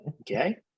okay